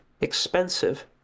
expensive